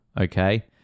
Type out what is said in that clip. Okay